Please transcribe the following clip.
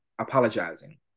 apologizing